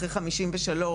אחרי 1953,